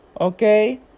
okay